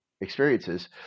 experiences